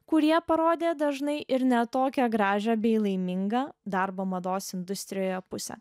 kurie parodė dažnai ir ne tokią gražią bei laimingą darbo mados industrijoje pusę